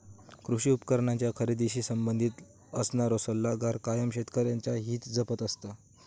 कृषी उपकरणांच्या खरेदीशी संबंधित असणारो सल्लागार कायम शेतकऱ्यांचा हित जपत असता